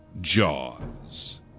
Jaws